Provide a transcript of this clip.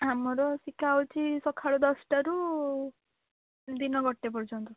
ଆମର ଶିଖା ହେଉଛି ସଖାଳ ଦଶଟାରୁ ଦିନ ଗୋଟେ ପର୍ଯ୍ୟନ୍ତ